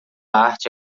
arte